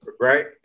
right